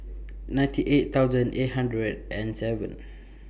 ninety eight thousand eight hundred and seven